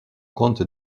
compte